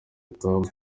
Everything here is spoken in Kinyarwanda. tom